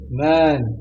man